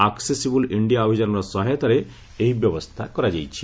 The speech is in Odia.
ଆକ୍ଟେସିବୁଲ ଇଣ୍ଡିଆ ଅଭିଯାନ ର ସହାୟତାରେ ଏହି ବ୍ୟବସ୍ଥା କରାଯାଇଛି